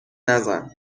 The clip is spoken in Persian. نزن